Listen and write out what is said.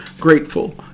grateful